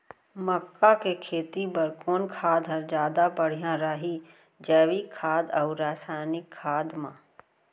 मक्का के खेती बर कोन खाद ह जादा बढ़िया रही, जैविक खाद अऊ रसायनिक खाद मा?